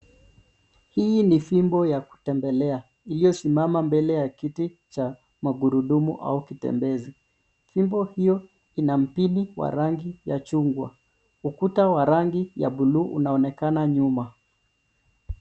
Hii ni fimbo ya kutembelea, iliyosimama mbele ya kiti cha magurudumu au kitembezi. Fimbo hiyo ina mpini kwa rangi ya chungwa, ukuta wa rangi ya buluu, unaonekana nyuma.